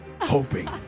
hoping